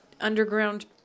Underground